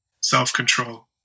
self-control